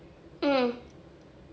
mm